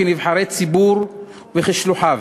כנבחרי הציבור וכשלוחיו,